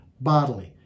bodily